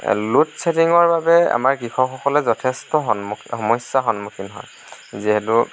load শ্বেডিংৰ বাবে আমাৰ কৃষকসকলে যথেষ্ট সন্মু সমস্যাৰ সন্মুখীন হয় যিহেতু